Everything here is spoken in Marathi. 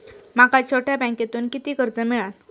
माका छोट्या बँकेतून किती कर्ज मिळात?